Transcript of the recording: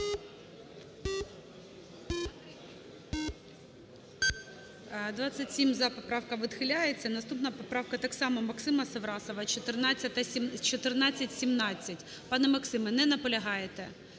За-27 Поправка відхиляється. Наступна поправка так само Максима Саврасова, 1417. Пане Максиме, не наполягаєте?